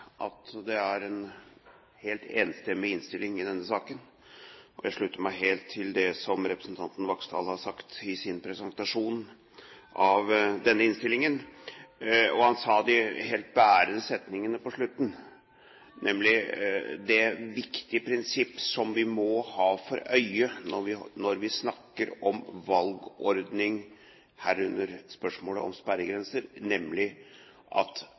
som representanten Vaksdal har sagt i sin presentasjon av denne innstillingen. Han sa de helt bærende setningene på slutten, som innebærer det viktige prinsipp som vi må ha for øye når vi snakker om valgordning, herunder spørsmålet om sperregrenser, nemlig at